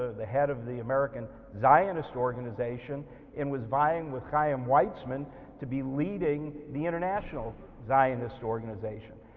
the head of the american zionist organization and was vying with chiam weizmann to be leading the international zionist organization.